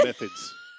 Methods